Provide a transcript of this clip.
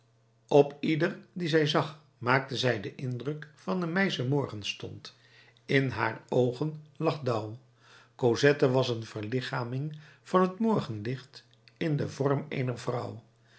op ieder die haar zag maakte zij den indruk van een meischen morgenstond in haar oogen lag dauw cosette was een verlichamelijking van het morgenlicht in den vorm eener vrouw